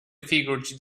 figures